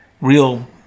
Real